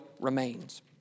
remains